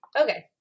okay